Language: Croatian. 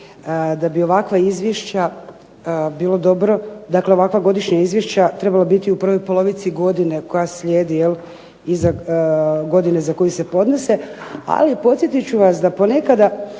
da bi ovakva godišnja izvješća trebala biti u prvoj polovici godine koja slijedi iza godine za koju se podnose, ali podsjetit ću vas da ponekada